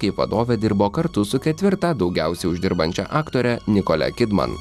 kaip vadovė dirbo kartu su ketvirta daugiausiai uždirbančia aktore nikole kidman